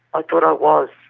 i thought i was.